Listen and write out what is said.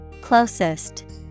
Closest